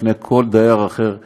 לפני כל דייר אחר באזור,